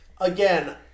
again